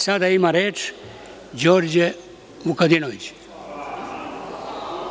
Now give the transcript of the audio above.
Sada ima reč Đorđe Vukadinović.